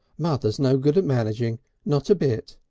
mother's no good at managing not a bit.